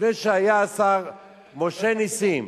לפני שהיה השר משה נסים,